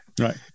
Right